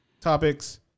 topics